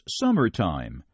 summertime